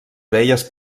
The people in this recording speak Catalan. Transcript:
orelles